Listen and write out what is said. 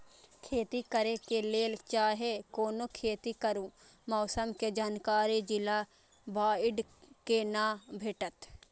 खेती करे के लेल चाहै कोनो खेती करू मौसम के जानकारी जिला वाईज के ना भेटेत?